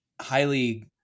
highly